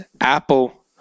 Apple